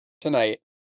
tonight